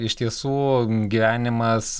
iš tiesų gyvenimas